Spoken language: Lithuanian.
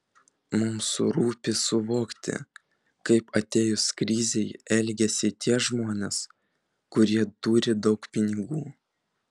mums rūpi suvokti kaip atėjus krizei elgiasi tie žmonės kurie turi daug pinigų